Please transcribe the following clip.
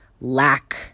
lack